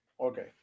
Okay